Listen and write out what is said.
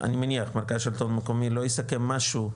אני מניח מרכז שלטון מקומי לא יסכם משהו,